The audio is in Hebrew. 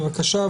בבקשה,